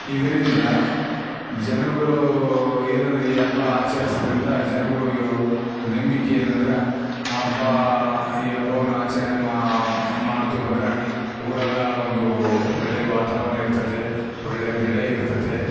ಇದರಿಂದ ಜನಗಳು ಏನಂದರೆ ಈ ಹಬ್ಬ ಆಚರಿಸ್ರಿಂದ ಜನಗಳು ಯೊ ನಂಬಿಕೆ ಏನಂದ್ರೆ ಹಬ್ಬ ಈ ಹಬ್ಬವನ್ನು ಆಚರಣೆ ಮಾಡ್ತು ಅಂದರೆ ಊರೆಲ್ಲ ಒಂದು ಒಳ್ಳೆ ವಾತಾವರಣಯಿರ್ತತೇ ಒಳ್ಳೆ ಬೆಳೆಯಿರ್ತತೆ